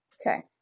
Okay